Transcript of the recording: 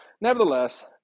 Nevertheless